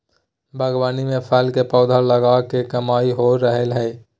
बागवानी में फल के पौधा लगा के कमाई हो रहल हई